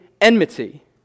enmity